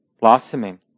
blossoming